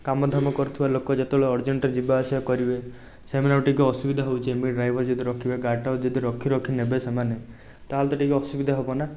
କାମଧାମ କରୁଥିବା ଲୋକ ଯେତେବେଳେ ଅର୍ଜେଣ୍ଟ ଯିବାଆସିବା କରିବେ ସେମାନଙ୍କୁ ଟିକିଏ ଅସୁବିଧା ହେଉଛି ଏମିତି ଡ୍ରାଇଭର୍ ଯଦି ରଖିବେ ଗାଡ଼ିଟାକୁ ଯଦି ରଖି ରଖି ନେବେ ସେମାନେ ତାହେଲେ ତ ଟିକିଏ ଅସୁବିଧା ହେବ ନା